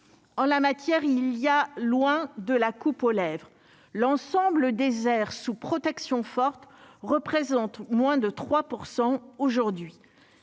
en la matière, il y a loin de la coupe aux lèvres l'ensemble désert sous protection forte représentent moins de 3 % aujourd'hui